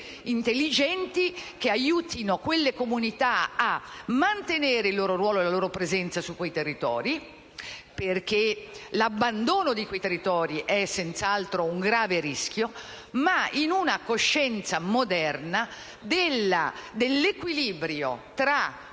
intelligenti, che aiutino quelle comunità a mantenere il loro ruolo e la loro presenza su quei territori - il cui abbandono è senz'altro un grave rischio - ma secondo una coscienza moderna dell'equilibrio tra